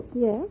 Yes